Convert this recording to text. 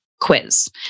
quiz